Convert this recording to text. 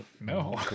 No